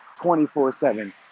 24-7